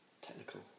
technical